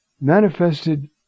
Manifested